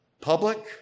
public